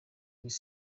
jazz